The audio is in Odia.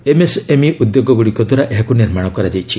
ଏମ୍ଏସ୍ଏମ୍ଇ ଉଦ୍ୟୋଗଗୁଡ଼ିକ ଦ୍ୱାରା ଏହାକୁ ନିର୍ମାଣ କରାଯାଇଛି